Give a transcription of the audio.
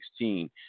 2016